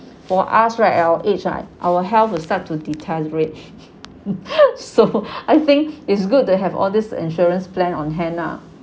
for us right at our age right our health will start to deteriorate so I think it's good to have all these insurance plan on hand ah